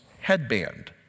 headband